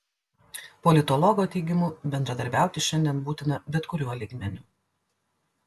politologo teigimu bendradarbiauti šiandien būtina bet kuriuo lygmeniu